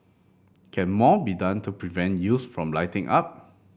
can more be done to prevent youths from lighting up